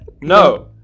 no